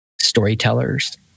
storytellers